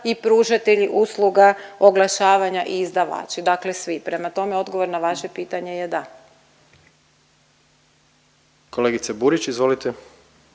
i pružatelji usluga oglašavanja i izdavači, dakle svi. Prema tome odgovor na vaše pitanje je da. **Jandroković, Gordan